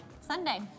Sunday